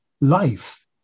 life